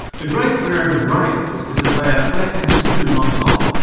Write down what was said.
the great merit of rails is that they are flat and smooth on top,